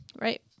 Right